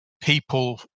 people